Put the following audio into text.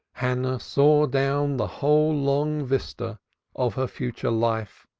hannah saw down the whole long vista of her future life,